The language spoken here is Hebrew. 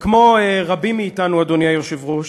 וכמו רבים מאתנו, אדוני היושב-ראש,